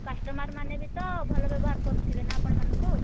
କଷ୍ଟମର୍ମାନେ ବି ତ ଭଲ ବ୍ୟବହାର କରୁଥିବେ ନା ଆପଣମାନଙ୍କୁ